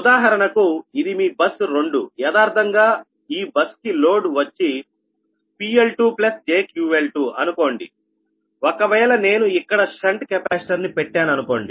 ఉదాహరణకు ఇది మీ బస్ 2 యదార్ధంగా ఈ బస్ కి లోడ్ వచ్చి PL2jQL2అనుకోండి ఒకవేళ నేను ఇక్కడ షంట్ కెపాసిటర్ ని పెట్టాను అనుకోండి